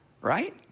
right